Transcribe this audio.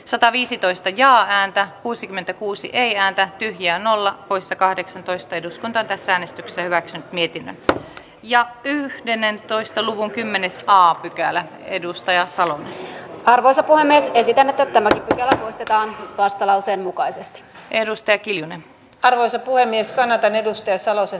sataviisitoista ja vääntää kuusikymmentäkuusi ei ääntä ja nolla poissa kahdeksantoista eduskuntatyössäni selväksi niitin ja yhdennentoista luvun kymmenes pykälän edustaja saa arvonsa hannes ei siten että tämä otetaan vastalauseen mukaisesti ennustekijänä arvoisa puhemieskannatan edustaja ehdotusta